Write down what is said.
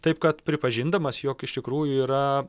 taip kad pripažindamas jog iš tikrųjų yra